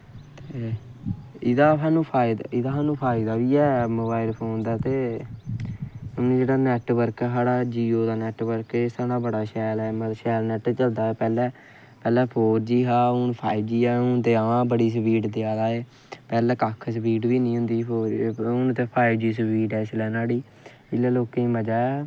एह्दा सानूं फैदा बी ऐ मोबाइल फोन दा ते हून साढ़ा जेह्ड़ा नैटबर्क ऐ जि'यां दा नैटबर्क ऐ बड़ा शैल ऐ शैल नैट चलदा पैह्लैं फोर जी ही हून पाइव जी ऐ हून ते हां बड़ी स्पीड़ देआ दा एह् पैह्लैं ते कक्ख स्पीड़ निं होंदी ही हून पाइव जी स्पीड़ ऐ नोहाड़ी इसलै लोकें गी मजा ऐ